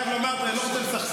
אני חייב לומר שאני לא רוצה לסכסך.